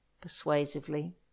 persuasively